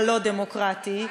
הלא-דמוקרטי,